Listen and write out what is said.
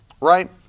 right